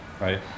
right